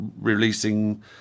releasing